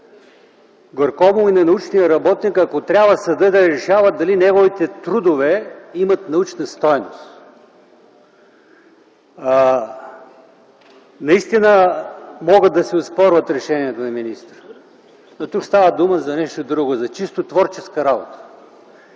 Горко му и на научния работник, ако трябва съдът да решава дали неговите трудове имат научна стойност. Наистина могат да се оспорват решенията на министрите. Тук става дума за нещо друго – за чисто творческа работа.